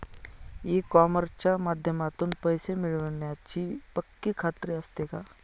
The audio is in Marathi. ई कॉमर्सच्या माध्यमातून पैसे मिळण्याची पक्की खात्री असते का?